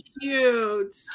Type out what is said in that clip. cute